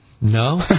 No